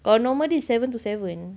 kalau normal dia seven to seven